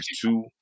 two